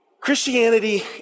Christianity